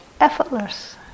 effortless